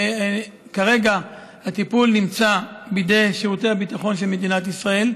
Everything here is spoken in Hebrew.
וכרגע הטיפול נמצא בידי שירותי הביטחון של מדינת ישראל,